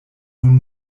nun